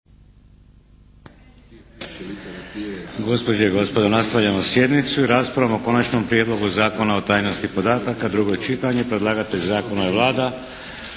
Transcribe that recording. Gospođe i gospodo nastavljamo sjednicom raspravom o: - Konačni prijedlog zakona o tajnosti podataka, drugo čitanje. Predlagatelj Zakona je Vlada.